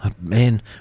man